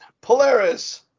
Polaris